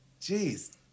Jeez